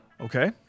Okay